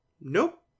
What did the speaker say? nope